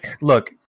look